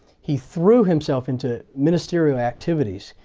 he threw himself into ministerial activities.